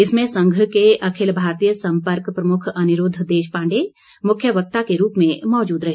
इसमें संघ के अखिल भारतीय संपर्क प्रमुख अनिरूद्व देशपांडे मुख्य वक्ता के रूप में मौजूद रहे